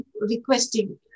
requesting